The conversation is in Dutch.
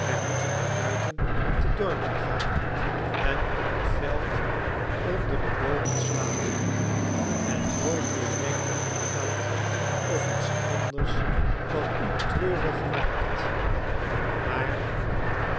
wij moeten near buiten op de dorpen gaan en op het veld onder de boomen slapen en nooit weer denken aan geld of iets anders dat u treurig maakt maar